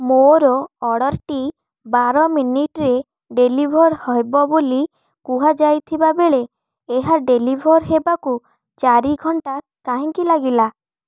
ମୋର ଅର୍ଡ଼ର୍ଟି ବାର ମିନିଟ୍ରେ ଡେଲିଭର୍ ହେବ ବୋଲି କୁହାଯାଇଥିବା ବେଳେ ଏହା ଡେଲିଭର୍ ହେବାକୁ ଚାରି ଘଣ୍ଟା କାହିଁକି ଲାଗିଲା